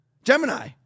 Gemini